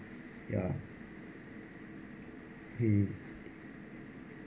ya mm